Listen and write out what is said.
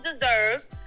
deserve